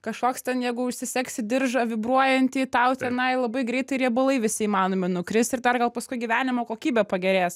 kažkoks ten jeigu užsisegti diržą vibruojantį tau tenai labai greitai riebalai visi įmanomi nukristi ir dar gal paskui gyvenimo kokybė pagerės